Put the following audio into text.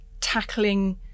tackling